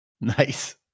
Nice